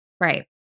Right